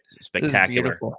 spectacular